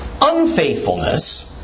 unfaithfulness